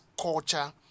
culture